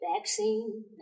Vaccine